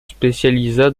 spécialisa